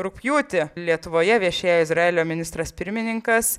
rugpjūtį lietuvoje viešėjo izraelio ministras pirmininkas